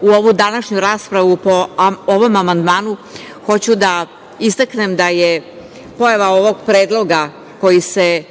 u ovu današnju raspravu po ovom amandmanu hoću da istaknem da je pojava ovog predloga, koji se